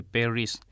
Paris